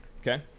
Okay